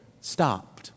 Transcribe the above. stopped